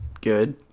good